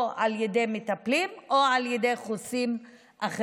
או על ידי מטפלים או על ידי חוסים אחרים.